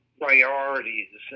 priorities